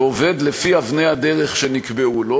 ועובד לפי אבני הדרך שנקבעו לו,